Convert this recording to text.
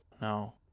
No